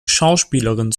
schauspielerin